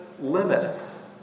limits